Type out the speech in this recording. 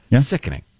sickening